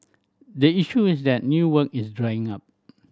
the issue is that new work is drying up